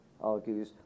argues